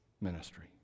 ministry